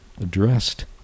addressed